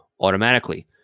automatically